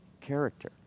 character